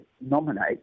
nominate